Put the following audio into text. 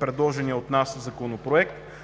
предложеният от нас Законопроект.